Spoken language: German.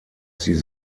sie